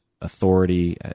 authority